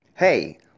Hey